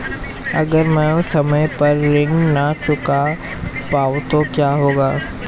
अगर म ैं समय पर ऋण न चुका पाउँ तो क्या होगा?